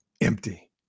empty